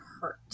hurt